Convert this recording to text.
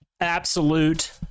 absolute